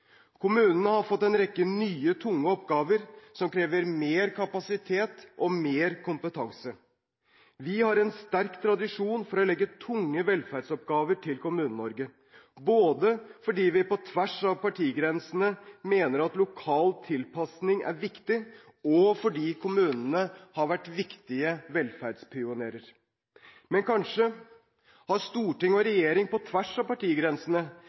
Kommunene har fått en rekke nye, tunge oppgaver som krever mer kapasitet og mer kompetanse. Vi har en sterk tradisjon for å legge tunge velferdsoppgaver til Kommune-Norge, både fordi vi på tvers av partigrensene mener at lokal tilpasning er viktig, og fordi kommunene har vært viktige velferdspionerer. Men kanskje har storting og regjering på tvers av partigrensene